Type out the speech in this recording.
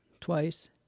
twice